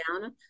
down